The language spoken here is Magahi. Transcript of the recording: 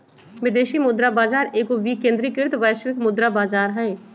विदेशी मुद्रा बाजार एगो विकेंद्रीकृत वैश्विक मुद्रा बजार हइ